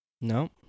no